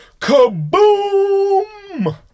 KABOOM